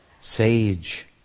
sage